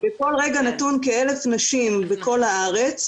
בכל רגע נתון כ-1,000 נשים בכל הארץ,